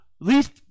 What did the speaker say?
least